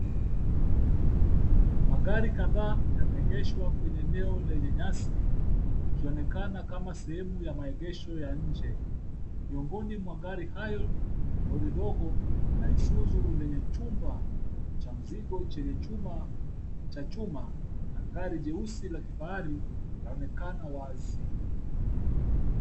Magari kadhaa yameegeshwa kwenye eneo lenye nyasi, ikionekana kama sehemu ya maegesho ya nje. Miongoni mwa gari hayo ni lori ndogo la Isuzu lenye chumba cha mzigo chenye chuma cha chuma na gari jeusi la kifahari inaonekana wazi.